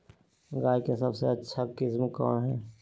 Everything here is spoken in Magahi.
गाय का सबसे अच्छा किस्म कौन हैं?